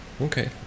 Okay